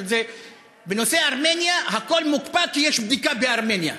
בנושא ארמניה הכול מוקפא כי יש בדיקה בארמניה.